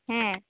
ᱦᱮᱸ